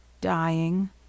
Dying